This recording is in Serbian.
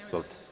Izvolite.